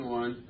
one